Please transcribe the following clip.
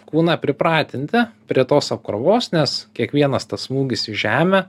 kūną pripratinti prie tos apkrovos nes kiekvienas tas smūgis į žemę